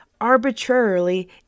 arbitrarily